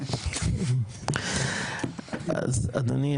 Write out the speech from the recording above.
אז אדוני,